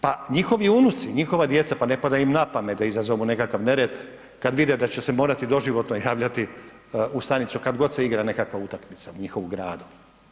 Pa njihovi unuci, njihova djeca pa ne pada im na pamet da izazovu nekakav nered kad vide da će se morati doživotno javljati u stanicu kad god se igra neka utakmica u njihovu gradu.